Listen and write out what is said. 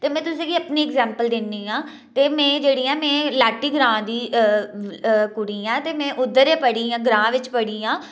ते में तुसें गी अपनी ऐग्जैंपल दिन्नी आं ते में जेह्ड़ी ऐं में लाटी ग्रांऽ दी कुड़ी आं ते में उद्धर गै पढ़ी आं ग्रांऽ बिच पढ़ी दी आं